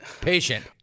Patient